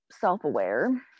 self-aware